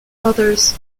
others